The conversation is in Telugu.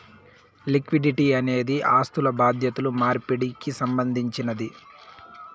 లిక్విడిటీ అనేది ఆస్థులు బాధ్యతలు మార్పిడికి సంబంధించినది